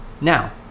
now